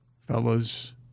fellas